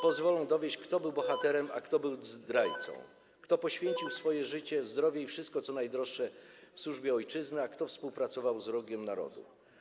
pozwolą dowieść, kto był bohaterem, a kto był zdrajcą, kto poświęcił swoje życie, zdrowie i wszystko co najdroższe służbie dla ojczyzny, a kto współpracował z wrogiem narodu.